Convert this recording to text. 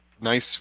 nice